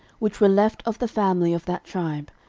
which were left of the family of that tribe,